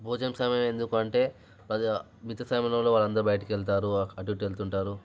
భోజనం సమయంలోనే ఎందుకు అంటే మిగితా సమయంలో వాళ్ళు అందరూ బయటకి వెళ్తారు అటుఇటు ఎళ్తుంటారు